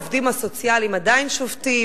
העובדים הסוציאליים עדיין שובתים,